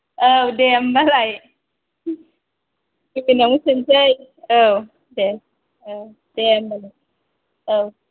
औ दे होमबालाय इउ एन आवनो सोनसै औ दे औ दे होनबालाय औ